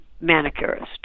manicurist